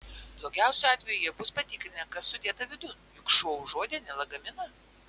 blogiausiu atveju jie bus patikrinę kas sudėta vidun juk šuo užuodė ne lagaminą